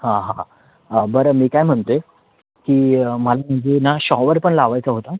हां हां बरं मी काय म्हणते की मला तिथे ना शॉवर पण लावायचा होता